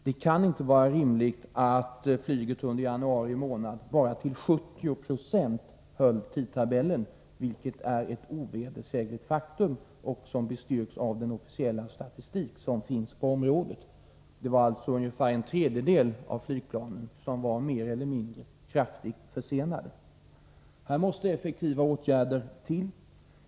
Det kan inte vara rimligt att flyget under januari månad bara till 70 2 höll tidtabellen, vilket är ett ovedersägligt faktum och bestyrks av den officiella statistik som finns på området. Det var alltså ungefär en Här måste effektiva åtgärder till.